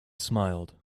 smiled